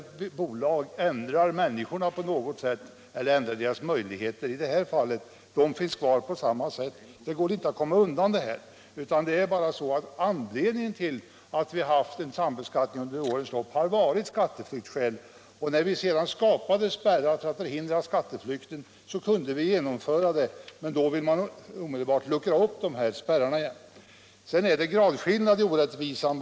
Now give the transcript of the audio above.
Jag tror inte att människorna ändras därför att det bildas ett bolag. Människorna finns kvar på samma sätt, och det går inte att komma undan detta problem. Det är bara så att anledningen till att vi haft en sambeskattning under årens lopp är att vi velat förhindra skatteflykt. När vi sedan skapade spärrar för att hindra skatteflykt, ville man omedelbart luckra upp dessa spärrar. Sedan är det tydligen bara en gradskillnad i orättvisan.